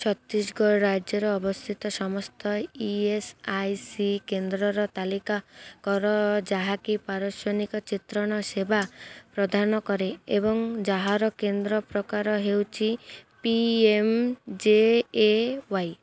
ଛତିଶଗଡ଼ ରାଜ୍ୟର ଅବସ୍ଥିତ ସମସ୍ତ ଇ ଏସ୍ ଆଇ ସି କେନ୍ଦ୍ରର ତାଲିକା କର ଯାହାକି ପାରସନିକ ଚିତ୍ରଣ ସେବା ପ୍ରଦାନ କରେ ଏବଂ ଯାହାର କେନ୍ଦ୍ର ପ୍ରକାର ହେଉଛି P M J A Y